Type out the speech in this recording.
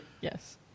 Yes